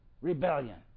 Rebellion